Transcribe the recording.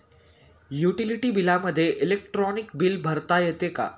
Utility बिलामध्ये electronic bill भरता येते का?